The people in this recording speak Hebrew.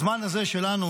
הזמן הזה שלנו,